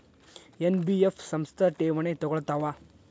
NBF ಸಂಸ್ಥಾ ಠೇವಣಿ ತಗೋಳ್ತಾವಾ?